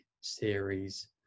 series